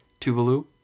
Tuvalu